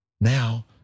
Now